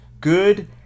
good